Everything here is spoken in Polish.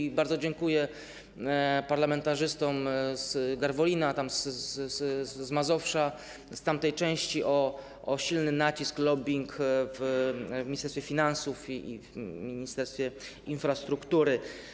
I bardzo dziękuję parlamentarzystom z Garwolina, z Mazowsza, z tamtej części za silny nacisk, lobbing w Ministerstwie Finansów i w Ministerstwie Infrastruktury.